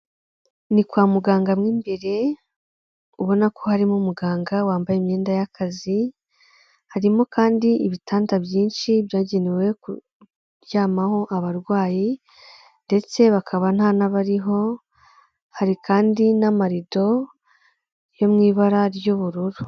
Ni kwa muganga mu imbere ubona ko harimo umuganga wambaye imyenda y'akazi, harimo kandi ibitanda byinshi byagenewe kuryamaho abarwayi ndetse bakaba nta n'abariho hari kandi n'amarido yo mu ibara ry'ubururu.